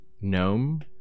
gnome